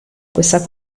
questa